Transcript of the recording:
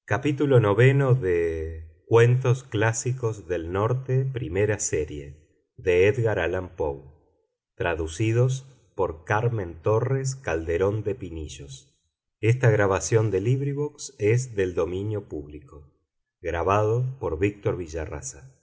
title cuentos clásicos del norte primera serie author edgar allan poe translator carmen torres calderón de pinillos